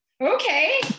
okay